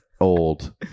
old